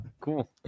Cool